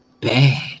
bad